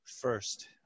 first